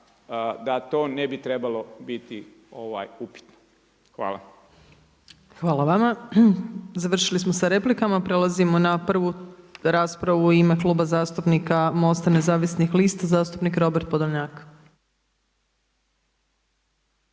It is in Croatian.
da to ne bi trebalo biti upitno. Hvala. **Opačić, Milanka (SDP)** Hvala vama. Završili smo sa replikama. Prelazimo na prvu raspravu u ime Kluba MOST-a nezavisnih lista, zastupnik Robert Podolnjak.